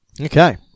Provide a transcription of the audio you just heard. Okay